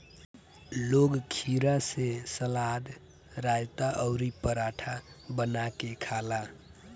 लोग खीरा से सलाद, रायता अउरी पराठा बना के खाला